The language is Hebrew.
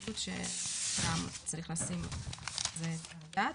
בעייתיות שצריך לשים על זה את הדעת.